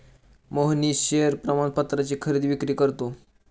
Mohnish share प्रमाणपत्राची खरेदी विक्री करतो